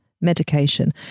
medication